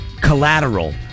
Collateral